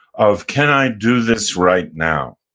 of can i do this right now?